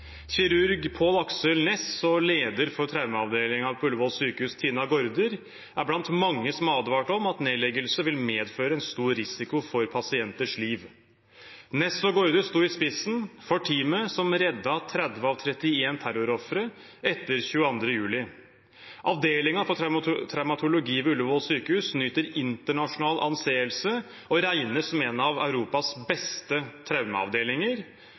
Kirurg Pål Aksel Næss og leder for traumeavdelingen ved Ullevål sykehus, Tina Gaarder, er blant mange som har advart om at nedleggelse vil medføre en stor risiko for pasienters liv. Næss og Gaarder sto i spissen for teamet som reddet 30 av 31 terrorofre etter 22. juli. Avdelingen for traumatologi ved Ullevål sykehus nyter internasjonal anseelse og regnes som en av Europas beste traumeavdelinger.